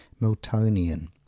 Miltonian